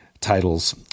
titles